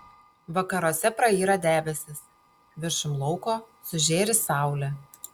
vakaruose prayra debesys viršum lauko sužėri saulė